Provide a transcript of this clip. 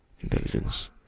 intelligence